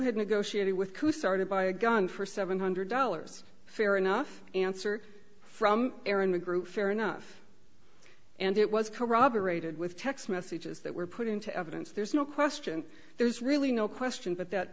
had negotiated with coup started by a gun for seven hundred dollars fair enough answer from aaron mcgrew fair enough and it was corroborated with text messages that were put into evidence there's no question there's really no question but that